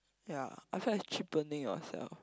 ya I feel like it's cheapening yourself